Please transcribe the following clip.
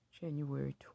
January